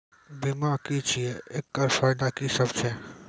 बीमा की छियै? एकरऽ फायदा की सब छै?